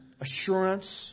assurance